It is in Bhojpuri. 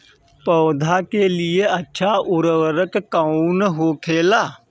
पौधा के लिए अच्छा उर्वरक कउन होखेला?